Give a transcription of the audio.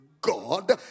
God